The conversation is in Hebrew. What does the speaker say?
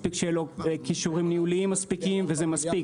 מספיק שיהיה לו כישורי ניהול מספיקים וזה מספיק,